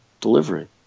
delivery